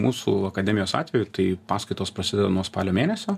mūsų akademijos atveju tai paskaitos prasideda nuo spalio mėnesio